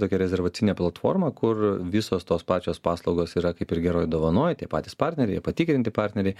tokia rezervacinė platforma kur visos tos pačios paslaugos yra kaip ir geroj dovanoj tie patys partneriai patikrinti partneriai